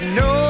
no